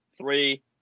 three